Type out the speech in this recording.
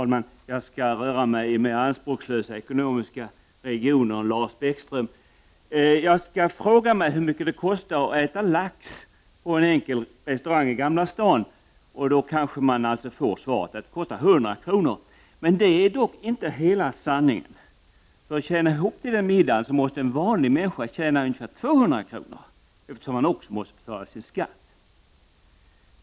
Herr talman! Jag skall röra mig i mer anspråkslösa ekonomiska regioner än Lars Bäckström. Frågar man hur mycket det kostar att äta lax på en enkel restaurang i Gamla Stan kanske man får svaret 100 kr. Detta är dock inte hela sanningen. För att tjäna ihop till den middagen måste en vanlig människa tjäna ungefär 200 kr., eftersom han också måste betala skatt.